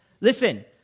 Listen